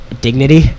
Dignity